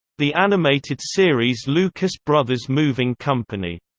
the animated series lucas brothers moving company.